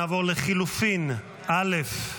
נעבור לחלופין א'.